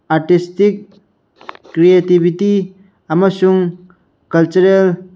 artistic creativity ꯑꯃꯁꯨꯡ cultural